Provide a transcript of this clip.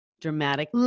dramatic